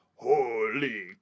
Holy